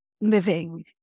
living